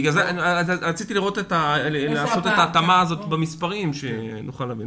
רציתי לעשות את ההתאמה במספרים שנוכל להבין.